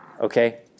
Okay